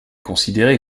considéré